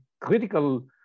critical